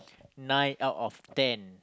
nine out of ten